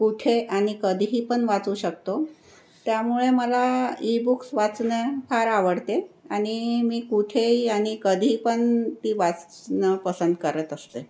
कुठे आणि कधीही पण वाचू शकतो त्यामुळे मला ई बुक्स वाचणं फार आवडते आणि मी कुठेही आणि कधी पण ती वाचणं पसंत करत असते